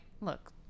look